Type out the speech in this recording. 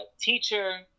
teacher